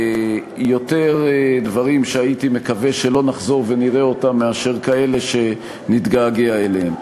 יותר דברים שהייתי מקווה שלא נחזור ונראה מאשר כאלה שנתגעגע אליהם.